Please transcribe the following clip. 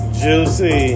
juicy